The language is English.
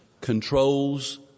controls